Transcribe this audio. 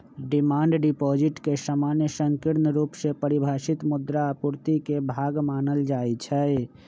demand deposit के सामान्य संकीर्ण रुप से परिभाषित मुद्रा आपूर्ति के भाग मानल जाइ छै